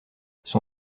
son